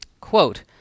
Quote